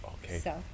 Okay